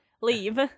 Leave